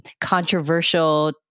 controversial